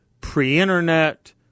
pre-Internet